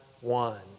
one